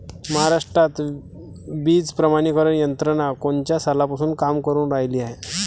महाराष्ट्रात बीज प्रमानीकरण यंत्रना कोनच्या सालापासून काम करुन रायली हाये?